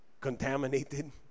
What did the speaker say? contaminated